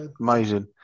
amazing